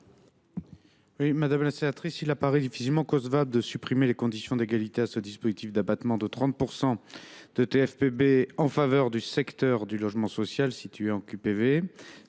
du Gouvernement ? Il apparaît difficilement concevable de supprimer les conditions d’éligibilité à ce dispositif d’abattement de 30 % de TFPB en faveur du secteur du logement social situé en QPV.